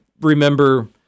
remember